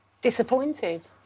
Disappointed